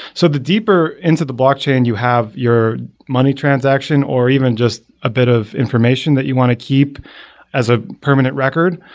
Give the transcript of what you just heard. so the deeper ends of the blockchain, and you have your money transaction or even just a bit of information that you want to keep as a permanent record.